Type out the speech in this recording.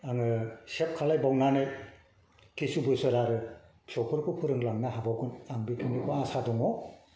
आङो सेभ खालामबावनानै किसु बोसोर आरो फिसौफोरखौ फोरोंलांनो हाबावगोन आं बेखिनिखौ आसा दङ